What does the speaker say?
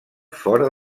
fora